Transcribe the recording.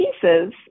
pieces